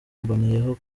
mboneyeho